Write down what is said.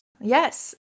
Yes